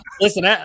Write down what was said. listen